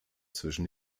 zwischen